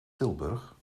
tilburg